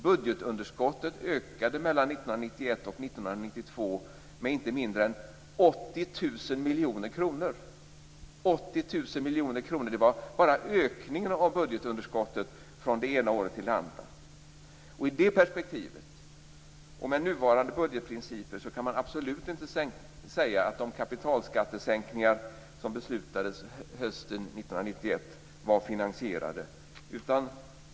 Budgetunderskottet ökade mellan 1991 och 1992 med inte mindre än 80 000 miljoner kronor - och det var bara ökningen av budgetunderskottet från det ena året till det andra. I det perspektivet och med nuvarande budgetprinciper kan man absolut inte säga att de kapitalskattesänkningar som beslutades hösten 1991 var finansierade.